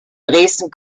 dresden